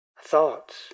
thoughts